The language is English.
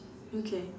okay